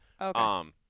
Okay